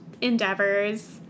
endeavors